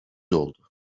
oldu